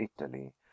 Italy